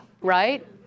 right